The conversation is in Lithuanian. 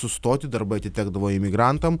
sustoti darbai atitekdavo imigrantam